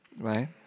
right